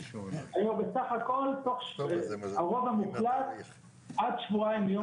סך הכל הרוב המוחלט עד שבועיים מיום